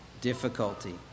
difficulty